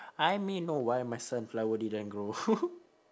I may know why my sunflower didn't grow